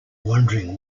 wondering